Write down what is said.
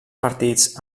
partits